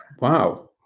Wow